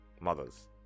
mothers